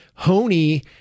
Honey